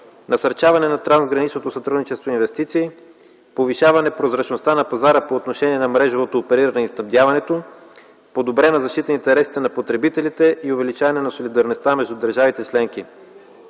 насърчаване на трансграничното сътрудничество и инвестиции, повишаване прозрачността на пазара по отношение на мрежовото опериране и снабдяването, подобрена защита на интересите на потребителите и увеличаване на солидарността между държавите членки.